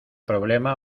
problema